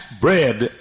bread